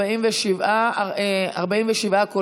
חשבון והגבלת לקוח בשל שיקים שסורבו בתקופה